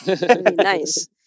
Nice